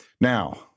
Now